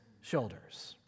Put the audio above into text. shoulders